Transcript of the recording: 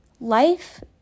life